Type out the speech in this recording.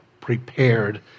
prepared